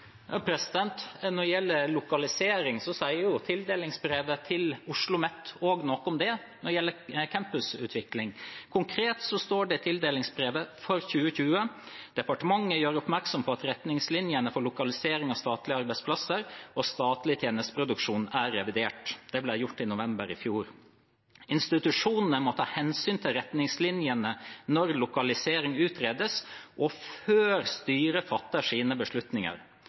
Når det gjelder lokalisering, sier tildelingsbrevet til OsloMet også noe om campusutvikling. Konkret står det i tildelingsbrevet for 2020: «Departementet gjør oppmerksom på at Retningslinjer for lokalisering av statlege arbeidsplassar og statleg tenesteproduksjon er revidert.» Det ble gjort i november i fjor. Videre står det: «Institusjonene må ta hensyn til retningslinjene når lokalisering utredes og før styret fatter sine beslutninger.»